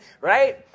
Right